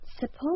suppose